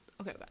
Okay